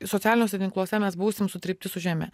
socialiniuose tinkluose mes busim sutrypti su žeme